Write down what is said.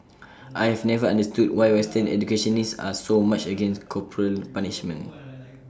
I have never understood why western educationists are so much against corporal punishment